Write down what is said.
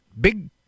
big